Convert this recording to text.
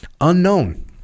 Unknown